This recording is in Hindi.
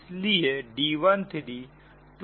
इसलिए D13 23होगा